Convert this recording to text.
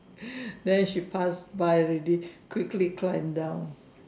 then she passed by ready quickly climb down